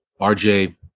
RJ